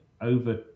over